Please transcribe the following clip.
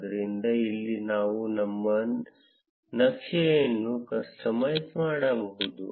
ಆದ್ದರಿಂದ ಇಲ್ಲಿ ನಾವು ನಮ್ಮ ನಕ್ಷೆಯನ್ನು ಕಸ್ಟಮೈಸ್ ಮಾಡಬಹುದು